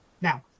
Now